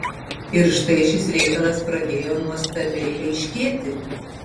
ir štai šis reikalas pradėjo nuostabiai aiškėti